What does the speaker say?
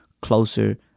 closer